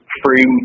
free